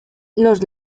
los